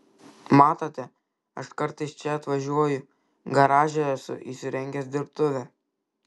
matote aš kartais čia atvažiuoju garaže esu įsirengęs dirbtuvę